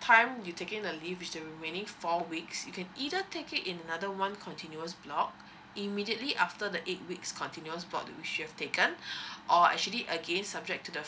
time you taking the leave with the remaining four weeks you can either take it in another one continuous block immediately after the eight weeks continuous block which she has taken or actually again subject to the